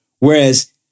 Whereas